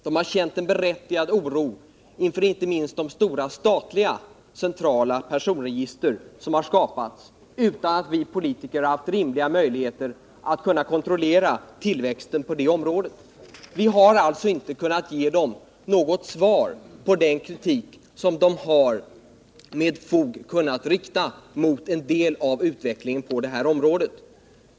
De har känt en berättigad oro inför inte minst de stora statliga centrala personregister som har skapats utan att vi politiker har haft rimliga möjligheter att kontrollera tillväxten på det området. Vi har alltså inte kunnat ge dem något svar på den kritik som de med fog har kunnat rikta mot en del av utvecklingen på det här området.